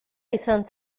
izan